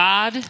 God